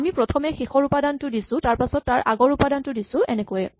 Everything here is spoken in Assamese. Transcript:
আমি প্ৰথমে শেষৰ উপাদানটো দিছো তাৰপাছত তাৰ আগৰ উপাদানটো দিছো এনেকৈয়ে